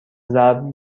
ضرب